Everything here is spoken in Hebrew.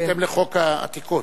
בהתאם לחוק העתיקות.